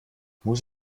muss